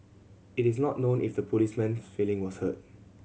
it is not known if the policeman's feeling was hurt